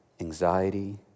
anxiety